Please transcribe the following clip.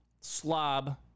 slob